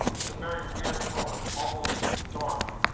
it's a very weird color, almost dark,